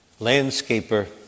landscaper